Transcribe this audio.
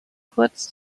kurz